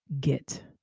get